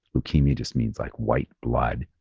leukemia just means like white blood.